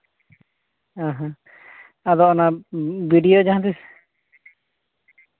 ᱦᱮᱸ ᱦᱮᱸ ᱟᱫᱚ ᱚᱱᱟ ᱵᱷᱤᱰᱤᱭᱳ ᱡᱟᱦᱟᱸ ᱛᱤᱥ